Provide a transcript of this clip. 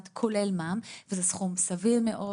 זה סכום סביר מאוד,